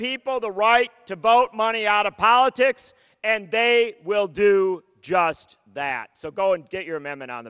people the right to vote money out of politics and they will do just that so go and get your amendment on